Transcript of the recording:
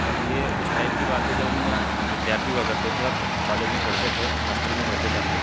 औ यह उस टाइम की बात है जब हम विद्यार्थी हुआ करते थे और कॉलेज में पढ़ते थे हॉश्टल में रहते थे हम लोग